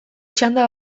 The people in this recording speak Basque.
txanda